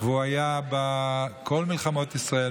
והוא היה בכל מלחמות ישראל,